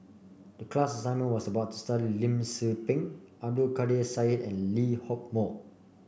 the class assignment was about study Lim Tze Peng Abdul Kadir Syed and Lee Hock Moh